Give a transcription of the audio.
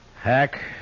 Hack